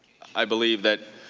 i believe, that